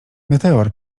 meteor